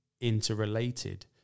interrelated